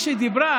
כשהיא דיברה,